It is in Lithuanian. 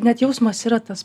net jausmas yra tas